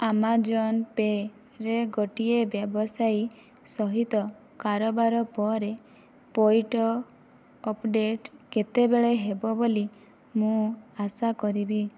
Amazon Pay' ରେ ଗୋଟିଏ ବ୍ୟବସାୟୀ ସହିତ କାରବାର ପରେ ପଇଠ ଅପଡେଟ କେତେବେଳେ ହେବ ବୋଲି ମୁଁ ଆଶା କରିବି